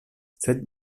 sed